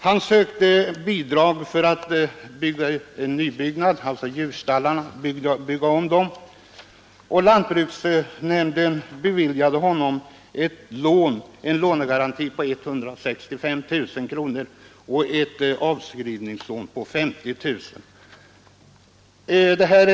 Han sökte bidrag för att bygga om djurstallarna, och lantbruksnämnden beviljade honom en lånegaranti på 165 000 kronor och ett avskrivningslån på 50 000 kronor.